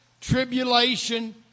Tribulation